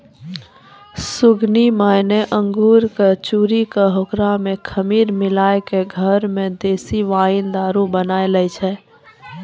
सुगनी माय न अंगूर कॅ चूरी कॅ होकरा मॅ खमीर मिलाय क घरै मॅ देशी वाइन दारू बनाय लै छै